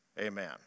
amen